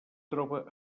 troba